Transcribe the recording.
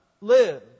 live